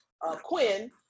Quinn